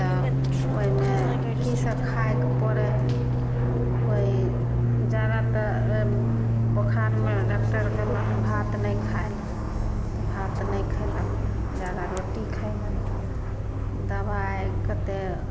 तऽ ओहिमे की सब खायके परै हइ कोइ जादा तऽ बुखारमे डॉक्टर कहलनि भात नहि खाय लए तऽ भात नहि खेलक जादा रोटी खेलक दबाइ कतेक